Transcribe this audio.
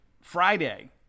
Friday